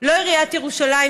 לא עיריית ירושלים,